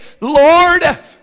Lord